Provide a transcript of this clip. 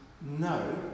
no